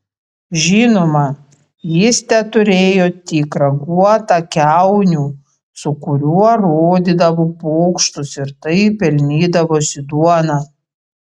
žinoma jis teturėjo tik raguotą kiaunių su kuriuo rodydavo pokštus ir taip pelnydavosi duoną